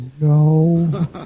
no